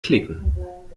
klicken